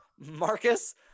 Marcus